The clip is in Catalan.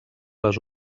les